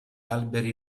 alberi